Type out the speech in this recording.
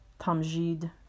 Tamjid